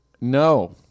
No